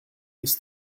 ist